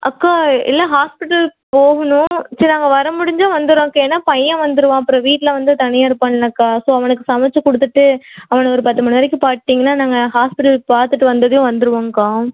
அக்கா இல்லை ஹாஸ்பிட்டல் போகணும் சரி நாங்கள் வர முடிஞ்சால் வந்துடுறோம்க்கா ஏன்னால் பையன் வந்துடுவான் அப்புறம் வீட்டில் வந்து தனியா இருப்பான்லக்கா ஸோ அவனுக்கு சமைத்து கொடுத்துட்டு அவன ஒரு பத்து மணி வரைக்கும் பார்த்ட்டீங்கனா நாங்க ஹாஸ்பிட்டல் பார்த்துட்டு வந்ததும் வந்துடுவோம்க்கா